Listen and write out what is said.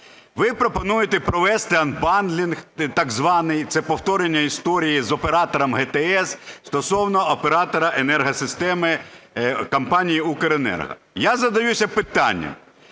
Ви пропонуєте провести анбандлінг так званий, це повторення історії з оператором ГТС стосовно оператора енергосистеми компанії Укренерго. Я задаюсь питанням: